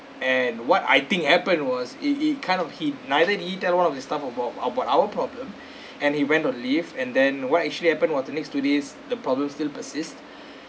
and what I think happened was it it kind of he neither he tell one of the staff about about our problem and he went on leave and then what actually happened was the next two days the problems still persist